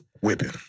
whipping